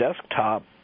desktop